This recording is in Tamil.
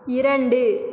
இரண்டு